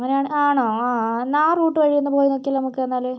അങ്ങനാണോ ആണോ എന്നാൽ ആ റൂട്ട് വഴി ഒന്നു പോയി നോക്കിയാലോ നമുക്ക് എന്നാല്